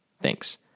Thanks